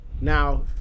now